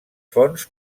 fonts